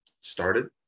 started